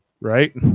right